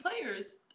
players